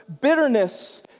bitterness